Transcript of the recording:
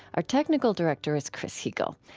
our technical director is chris heagle.